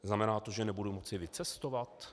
Znamená to, že nebudu moci vycestovat?